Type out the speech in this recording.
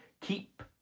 keep